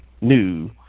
new